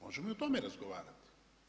Možemo i o tome razgovarat.